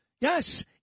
yes